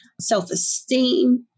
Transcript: self-esteem